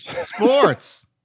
Sports